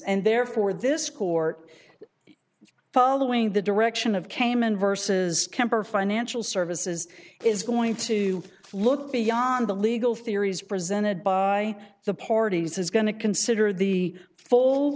and therefore this court following the direction of cayman vs kemper financial services is going to look beyond the legal theories presented by the parties is going to consider the full